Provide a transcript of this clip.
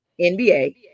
NBA